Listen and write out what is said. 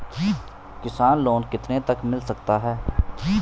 किसान लोंन कितने तक मिल सकता है?